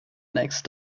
next